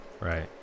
Right